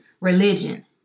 religion